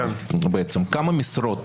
כמה משרות